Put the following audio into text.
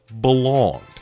belonged